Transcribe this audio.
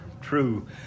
true